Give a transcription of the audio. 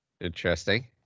Interesting